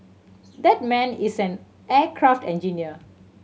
that man is an aircraft engineer